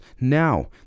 Now